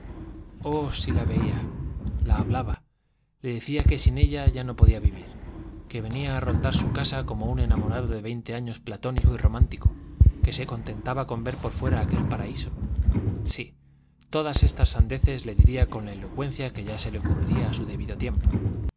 oh si la veía la hablaba le decía que sin ella ya no podía vivir que venía a rondar su casa como un enamorado de veinte años platónico y romántico que se contentaba con ver por fuera aquel paraíso sí todas estas sandeces le diría con la elocuencia que ya se le ocurriría a su debido tiempo